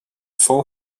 full